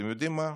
אתם יודעים מה?